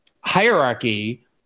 hierarchy